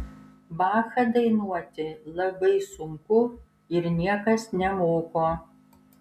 bachą dainuoti labai sunku ir niekas nemoko